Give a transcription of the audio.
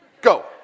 Go